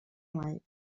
mai